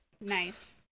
nice